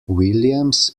williams